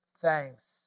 Thanks